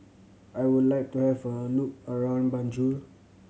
I would like to have a look around Banjul